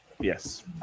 Yes